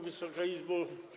Wysoka Izbo!